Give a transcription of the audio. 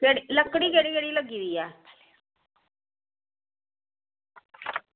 ते लकड़ी केह्ड़ी केह्ड़ी लग्गी दी ऐ